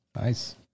Nice